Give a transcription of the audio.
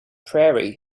prairie